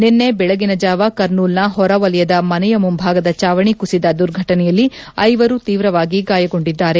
ನಿನ್ನೆ ಬೆಳಗಿನ ಜಾವ ಕರ್ನೂಲ್ನ ಹೊರವಲಯದ ಮನೆಯ ಮುಂಭಾಗದ ಚಾವಣಿ ಕುಸಿದ ದುರ್ಘಟನೆಯಲ್ಲಿ ಐವರು ತೀವ್ರವಾಗಿ ಗಾಯಗೊಂಡಿದ್ದಾರೆ